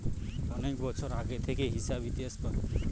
অনেক বছর আগে থেকে হিসাব ইতিহাস পায়